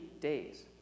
days